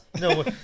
No